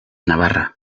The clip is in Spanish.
navarra